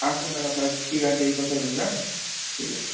আচ্ছা ঠিক আছে এই কথাই রইল হ্যাঁ ঠিক আছে